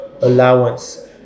allowance